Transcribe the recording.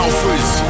Alphas